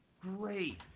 Great